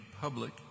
public